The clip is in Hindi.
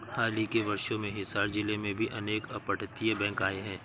हाल ही के वर्षों में हिसार जिले में भी अनेक अपतटीय बैंक आए हैं